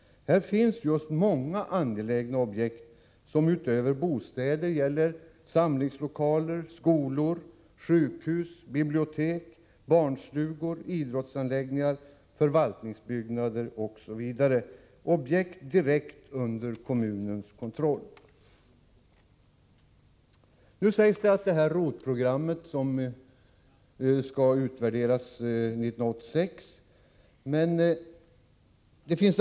Här finns ju många angelägna objekt utöver bostäder, t.ex. samlingslokaler, skolor, sjukhus, bibliotek, barnstugor, idrottsanläggningar och förvaltningsbyggnader, objekt direkt under kommunens kontroll. I svaret sägs att ROT-programmet skall utvärderas 1986.